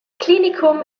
klinikum